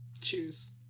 Choose